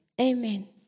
Amen